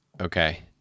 Okay